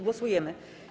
Głosujemy.